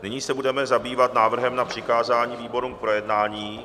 Nyní se budeme zabývat návrhem na přikázání výborům k projednání.